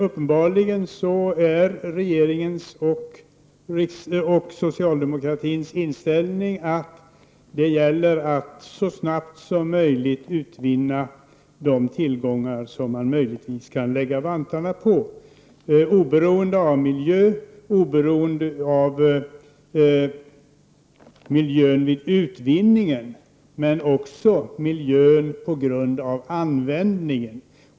Uppenbarligen är regeringens och socialdemokratins inställning den att det gäller att så snabbt som möjligt utvinna de tillgångar som man möjligen kan lägga vantarna på, oberoende av miljön vid utvinningen och också vid användningen.